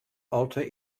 alter